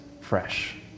fresh